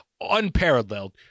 unparalleled